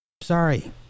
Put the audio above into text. Sorry